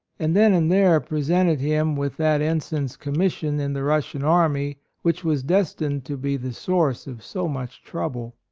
and then and there presented him with that ensign's commission in the russian army which was destined to be the source of so much trouble.